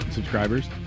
Subscribers